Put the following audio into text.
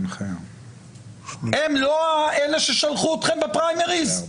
הם לא האלה ששלחו אתכם בפריימריז?